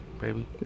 baby